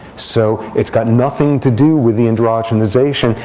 so it's got nothing to do with the androgenization.